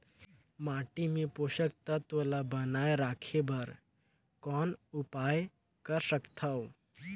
माटी मे पोषक तत्व ल बनाय राखे बर कौन उपाय कर सकथव?